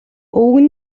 өвгөн